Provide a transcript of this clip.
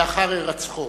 לאחר הירצחו.